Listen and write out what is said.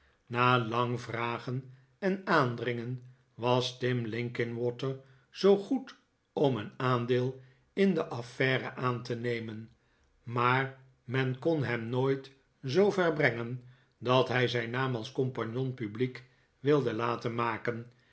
na lang vragen en aandringen was tim linkinwater zoo goed om een aandeel in de affaire aan te nemen maar men kon hem nooit zoover brengen dat hij zijn naam als conjpagnon publiek wilde laten maken